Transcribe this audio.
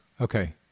Okay